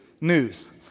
news